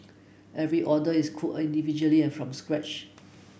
every order is cooked individually and from scratch